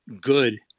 good